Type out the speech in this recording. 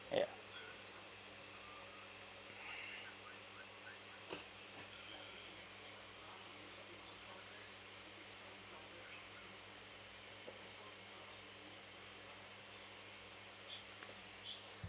ya